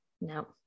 no